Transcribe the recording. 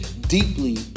deeply